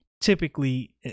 typically